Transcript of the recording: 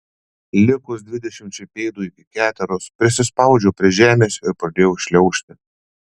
likus dvidešimčiai pėdų iki keteros prisispaudžiau prie žemės ir pradėjau šliaužti